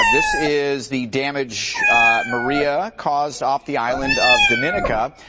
this is the damage maria caused off the island of dominica.